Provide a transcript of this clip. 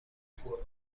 خوب